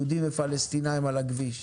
יהודים ולפלסטינאים על הכביש,